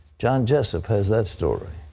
john jessup has that story.